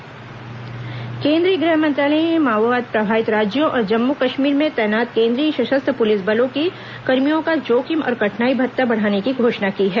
केंद्रीय सशस्त्र बल भत्ता केन्द्रीय गृह मंत्रालय ने माओवाद प्रभावित राज्यों और जम्मू कश्मीर में तैनात केन्द्रीय सशस्त्र पुलिस बलों के कर्मियों का जोखिम और कठिनाई भत्ता बढ़ाने की घोषणा की है